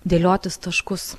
dėliotis taškus